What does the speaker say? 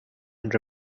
and